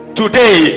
today